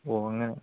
ഓ അങ്ങനെ